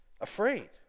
afraid